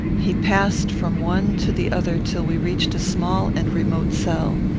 he passed from one to the other till we reached a small and remote cell.